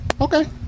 Okay